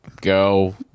go